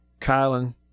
Kylan